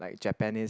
Japanese